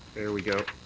there we go.